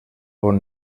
bon